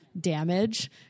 damage